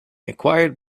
acquired